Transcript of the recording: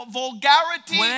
vulgarity